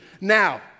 Now